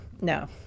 no